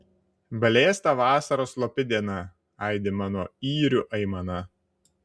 blėsta vasaros slopi diena aidi mano yrių aimana